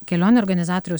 kelionių organizatoriaus